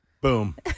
Boom